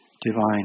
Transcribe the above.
divine